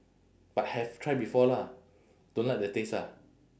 but have try before lah don't like the taste ah